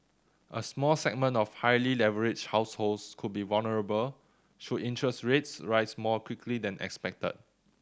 a small segment of highly leveraged households could be vulnerable should interest rates rise more quickly than expected